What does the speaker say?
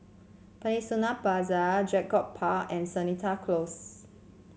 Peninsula Plaza Draycott Park and Seletar Close